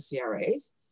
CRAs